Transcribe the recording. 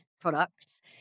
products